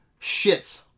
shits